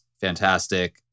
fantastic